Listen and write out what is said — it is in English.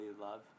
love